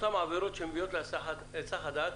אותן עבירות שמביאות להיסח הדעת,